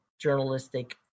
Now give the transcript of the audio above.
journalistic